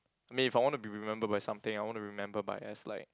I mean if I want to be remember by something I want to remember by as like